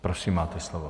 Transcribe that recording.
Prosím, máte slovo.